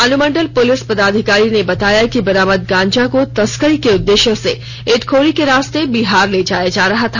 अनुमंडल पुलिस पदाधिकारी ने बताया कि बरामद गांजा को तस्करी के उद्देश्य से इटखोरी के रास्ते बिहार ले जाया जा रहा था